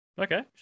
Okay